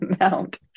amount